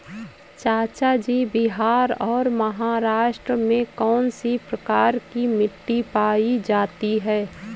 चाचा जी बिहार और महाराष्ट्र में कौन सी प्रकार की मिट्टी पाई जाती है?